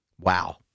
Wow